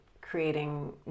creating